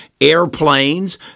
airplanes